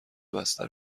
بسته